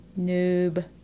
Noob